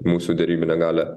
mūsų derybinę galią